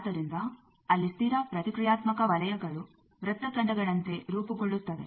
ಆದ್ದರಿಂದ ಅಲ್ಲಿ ಸ್ಥಿರ ಪ್ರತಿಕ್ರಿಯಾತ್ಮಕ ವಲಯಗಳು ವೃತ್ತಖಂಡಗಳಂತೆ ರೂಪುಗೊಳ್ಳುತ್ತವೆ